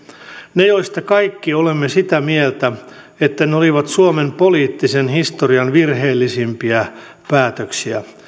ne joista kaikki olemme sitä mieltä että ne olivat suomen poliittisen historian virheellisimpiä päätöksiä